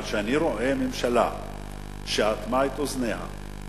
אבל כשאני רואה ממשלה שאטמה את אוזניה,